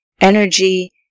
energy